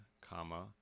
comma